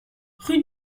rue